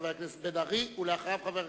חבר הכנסת בן-ארי, בבקשה.